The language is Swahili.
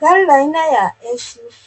Gari la aina ya SUV